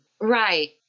Right